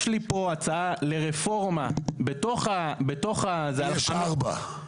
יש לי פה הצעה לרפורמה --- יש לי 4 הצעות.